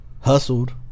hustled